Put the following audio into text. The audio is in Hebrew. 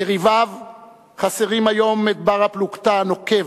יריביו חסרים היום את בר-הפלוגתא הנוקב,